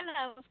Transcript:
Hello